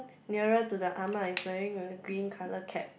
nearer to the ah ma is wearing a green colour cap